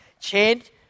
change